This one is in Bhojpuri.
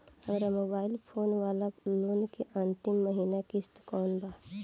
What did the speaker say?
हमार मोबाइल फोन वाला लोन के अंतिम महिना किश्त कौन बा?